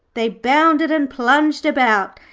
they bounded and plunged about,